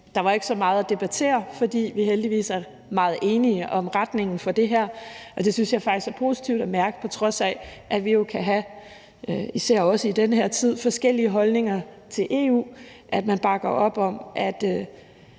Der var ikke så meget at debattere, fordi vi heldigvis er meget enige om retningen for det her. Og jeg synes faktisk, det er positivt at mærke, at vi, på trods af at vi jo især også i den her tid kan have forskellige holdninger til EU, bakker op om, at